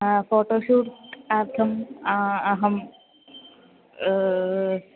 photoshoot अर्थम् अहम्